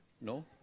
no